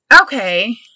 okay